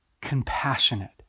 compassionate